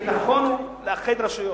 כי נכון לאחד רשויות.